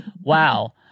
Wow